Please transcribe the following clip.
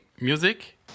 music